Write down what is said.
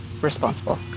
responsible